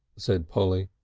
said polly.